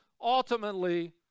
ultimately